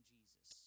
Jesus